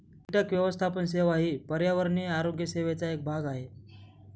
कीटक व्यवस्थापन सेवा ही पर्यावरणीय आरोग्य सेवेचा एक भाग आहे